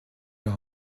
leur